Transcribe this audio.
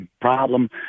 problem